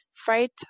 Fright